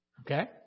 Okay